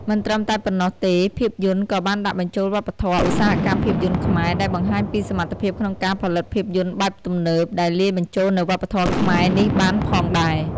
មិនត្រឹមតែប៉ុណ្ណោះទេភាពយន្តក៏បានដាក់បញ្ចូលវប្បធម៌ ឧស្សាហកម្មភាពយន្តខ្មែរ ដែលបង្ហាញពីសមត្ថភាពក្នុងការផលិតភាពយន្តបែបទំនើប ដែលលាយបញ្ចូលនូវវប្បធម៌ខ្មែរនេះបានផងដែរ ។